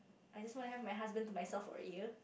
I just want to have my husband to myself for a year